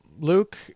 Luke